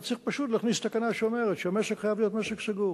אתה צריך פשוט להכניס תקנה שאומרת שהמשק חייב להיות משק סגור.